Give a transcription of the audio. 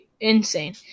insane